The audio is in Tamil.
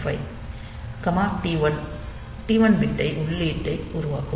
5 T 1 பிட்டை உள்ளீட்டை உருவாக்கும்